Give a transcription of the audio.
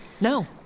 No